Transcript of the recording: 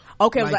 Okay